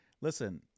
Listen